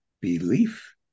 belief